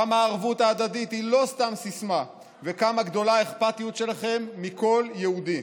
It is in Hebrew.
כמה הערבות ההדדית הא לא סתם סיסמה וכמה גדולה האכפתיות שלכם מכל יהודי.